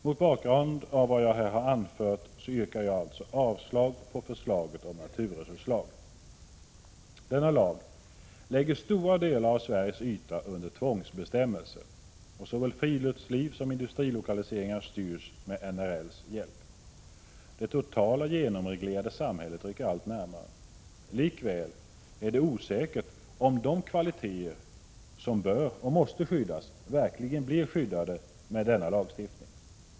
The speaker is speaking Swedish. Mot bakgrund av vad jag här anfört yrkar jag avslag på förslaget om naturresurslag. Denna lag lägger stora delar av Sveriges yta under tvångsbestämmelser, och såväl friluftsliv som industrilokaliseringar styrs med NRL:s hjälp. Det totala genomreglerade samhället rycker allt närmare. Likväl är det osäkert om de kvaliteter som bör och måste skyddas verkligen blir skyddade med denna lagstiftning.